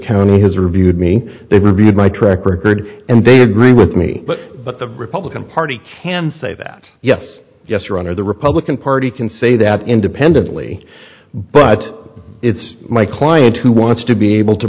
county has reviewed me they read my track record and they agree with me but but the republican party can say that yes yes your honor the republican party can say that independently but it's my client who wants to be able to